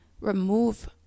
remove